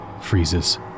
freezes